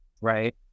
right